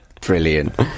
Brilliant